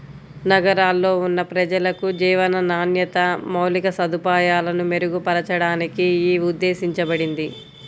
నగరాల్లో ఉన్న ప్రజలకు జీవన నాణ్యత, మౌలిక సదుపాయాలను మెరుగుపరచడానికి యీ ఉద్దేశించబడింది